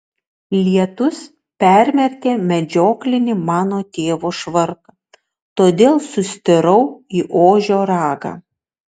lietus permerkė medžioklinį mano tėvo švarką todėl sustirau į ožio ragą